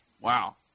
Wow